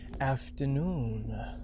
afternoon